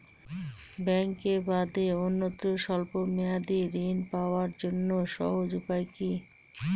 ব্যাঙ্কে বাদে অন্যত্র স্বল্প মেয়াদি ঋণ পাওয়ার জন্য সহজ উপায় কি?